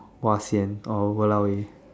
!wah! sian or !walao! eh